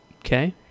Okay